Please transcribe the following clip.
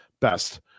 best